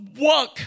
work